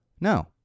no